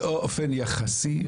באופן יחסי.